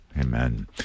Amen